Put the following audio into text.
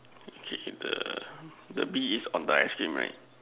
okay the the bee is on the ice cream right